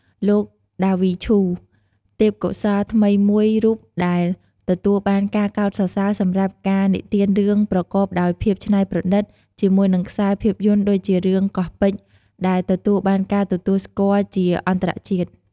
លោក ដាវី ឈូ ទេពកោសល្យថ្មីមួយរូបដែលទទួលបានការកោតសរសើរសម្រាប់ការនិទានរឿងប្រកបដោយភាពច្នៃប្រឌិត ជាមួយនឹងខ្សែភាពយន្តដូចជារឿង "កោះពេជ្រ" ដែលទទួលបានការទទួលស្គាល់ជាអន្តរជាតិ។